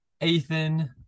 Ethan